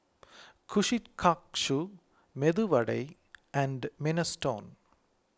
Kushikatsu Medu Vada and Minestrone